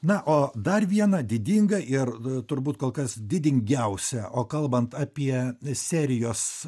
na o dar viena didinga ir turbūt kol kas didingiausia o kalbant apie serijos